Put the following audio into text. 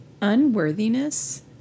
Unworthiness